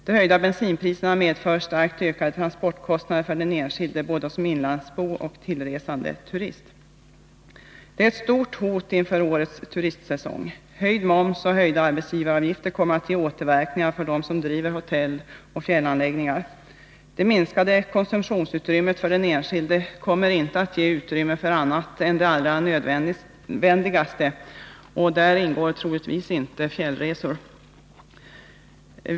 De höjda bensinpriserna medför starkt ökade transportkostnader för den enskilde, både som inlandsbo och som tillresande turist. Detta är ett stort hot inför årets turistsäsong. Höjd moms och höjda arbetsgivaravgifter kommer att ge återverkningar för dem som driver hotelloch fjällanläggningar. Det minskade konsumtionsutrymmet för den enskilde kommer inte att ge utrymme för annat än det allra nödvändigaste — och där ingår troligtvis inte fjällresor.